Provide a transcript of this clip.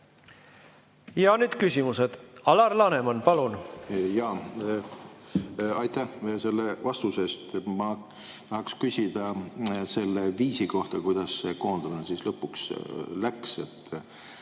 Ja nüüd küsimused. Alar Laneman, palun!